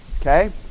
Okay